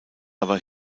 aber